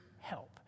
help